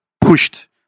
pushed